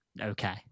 okay